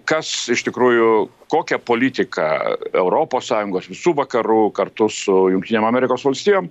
kas iš tikrųjų kokią politiką europos sąjungos visų vakarų kartu su jungtinėm amerikos valstijom